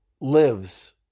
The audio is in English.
lives